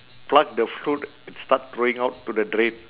pluck the fruit start throwing out to the drain